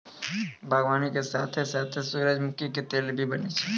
बागवानी के साथॅ साथॅ सूरजमुखी के तेल भी बनै छै